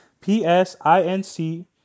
p-s-i-n-c